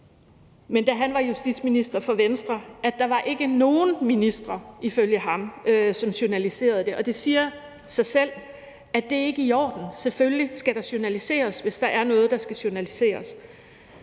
han var Venstres justitsminister, var der ikke nogen ministre, ifølge ham, der journaliserede det. Og det siger sig selv, at det ikke er i orden – selvfølgelig skal der journaliseres, hvis der er noget, der skal journaliseres.